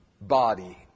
body